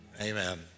Amen